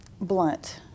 blunt